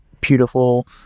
beautiful